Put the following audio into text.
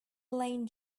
lane